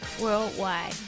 worldwide